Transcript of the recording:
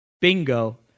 bingo